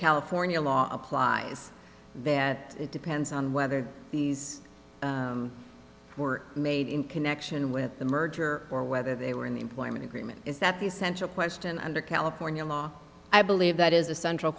california law applies that it depends on whether these were made in connection with the merger or whether they were in the employment agreement is that the central question under california law i believe that is a central